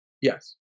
Yes